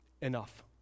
enough